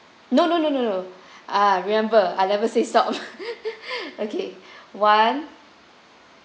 no no no no no ah remember I never say stop okay one